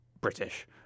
British